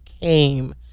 came